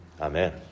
amen